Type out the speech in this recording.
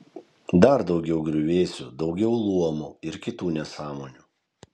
dar daugiau griuvėsių daugiau luomų ir kitų nesąmonių